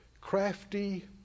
crafty